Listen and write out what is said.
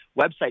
website